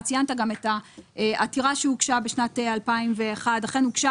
ציינת גם את העתירה שהוגשה בשנת 2001. אכן הוגשה